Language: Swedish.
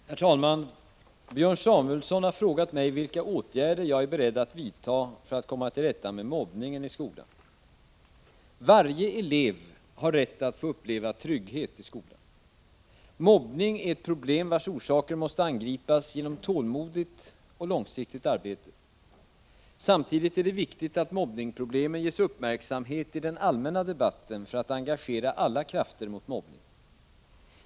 Herr talman! Björn Samuelson har frågat mig vilka åtgärder jag är beredd att vidta för att komma till rätta med mobbningen i skolan. Varje elev har rätt att få uppleva trygghet i skolan. Mobbning är ett problem vars orsaker måste angripas genom tålmodigt och långsiktigt arbete. Samtidigt är det viktigt att mobbningsproblemen ges uppmärksamhet i den allmänna debatten för att engagera alla krafter mot mobbning.